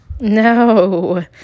No